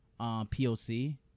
POC